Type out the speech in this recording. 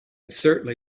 certainly